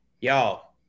Y'all